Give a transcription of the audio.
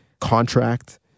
contract